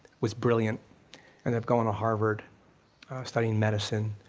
was brilliant and had gone to harvard studying medicine,